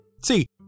See